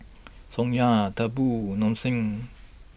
Ssangyong Tempur Nong Shim